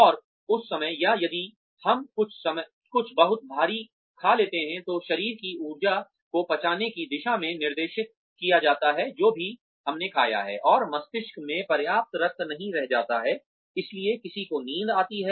और उस समय या यदि हम कुछ बहुत भारी खा लेते हैं तो शरीर की ऊर्जा को पचाने की दिशा में निर्देशित किया जाता है जो भी हमने खाया है और मस्तिष्क में पर्याप्त रक्त नहीं जा रहा है इसलिए किसी को नींद आती है